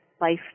life